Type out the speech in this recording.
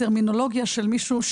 הטרמינולוגיה של מישהו,